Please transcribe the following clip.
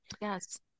Yes